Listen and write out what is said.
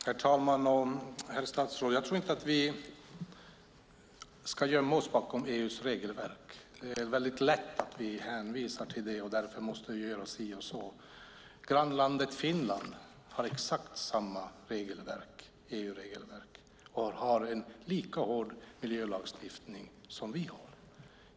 Herr talman! Vi ska inte gömma oss bakom EU:s regelverk, herr statsråd. Det är väldigt lätt att hänvisa till dem och säga att vi måste göra si och så. Grannlandet Finland har exakt samma EU-regelverk och har en lika hård miljölagstiftning som vi.